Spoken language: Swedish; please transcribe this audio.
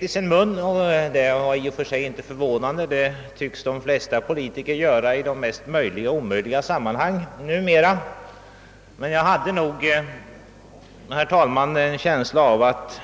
i sin mun, och det var i och för sig inte förvånande; det tycks de flesta politiker numera göra i både möjliga och omöjliga sammanhang. Men jag hade en känsla av att